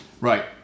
right